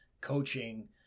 coaching